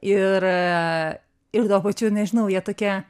ir ir tuo pačiu nežinau jie tokie